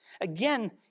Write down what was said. Again